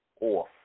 off